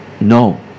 no